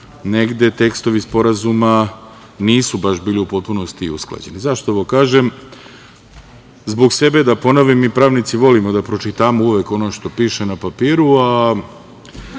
negde tekstovi sporazuma nisu baš bili u potpunosti usklađeni.Zašto ovo kažem? Zbog sebe da ponovim, mi pravnici volimo da pročitamo uvek ono što piše na papiru,